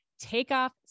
Takeoff